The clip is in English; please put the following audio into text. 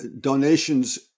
donations